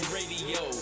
Radio